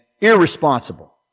irresponsible